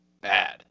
bad